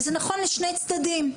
וזה נכון לשני הצדדים.